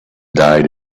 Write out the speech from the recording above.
died